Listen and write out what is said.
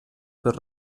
per